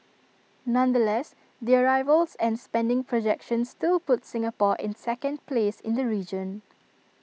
nonetheless the arrivals and spending projections still put Singapore in second place in the region